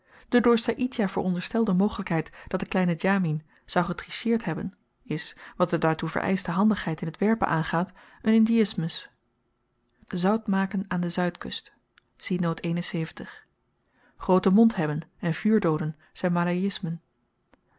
de door saïdjah veronderstelde mogelykheid dat de kleine djamien zou getricheerd hebben is wat de daartoe vereischte handigheid in t werpen aangaat n indiïsmus zout maken aan de zuidkust grooten mond hebben en vuur dooden